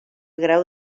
grau